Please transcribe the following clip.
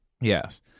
Yes